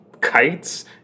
kites